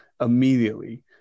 immediately –